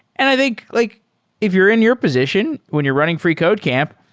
and i think like if you're in your position when you're running freecodecamp,